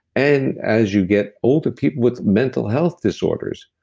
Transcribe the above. and as you get older, people with mental health disorders,